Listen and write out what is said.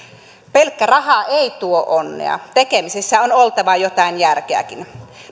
pelkkä raha ei tuo onnea tekemisessä on oltava jotain järkeäkin